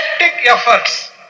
efforts